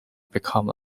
became